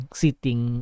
sitting